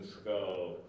skull